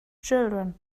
children